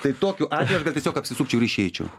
tai tokiu atveju aš gal tiesiog apsisukčiau ir išeičiau